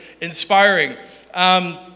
inspiring